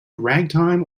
ragtime